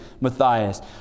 Matthias